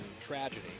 tragedy